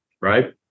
right